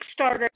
Kickstarter